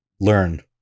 Learn